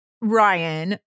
Ryan